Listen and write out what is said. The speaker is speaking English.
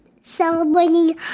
celebrating